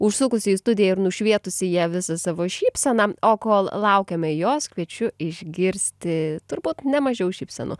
užsukusi į studiją ir nušvietusi ją visą savo šypsena o kol laukiame jos kviečiu išgirsti turbūt ne mažiau šypsenų